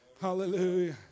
hallelujah